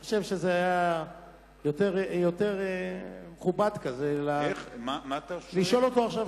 אני חושב שזה יותר מכובד לשאול אותו עכשיו